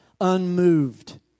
unmoved